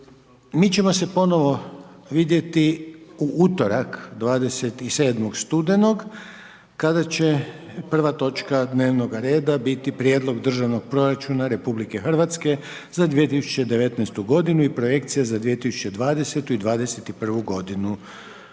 Mi ćemo se ponovo vidjeti u utorak 27. studenog kada će prva točka dnevnoga reda biti Prijedlog Državnog proračuna RH za 2019. godinu i projekcija za 2020. i 2021. Želim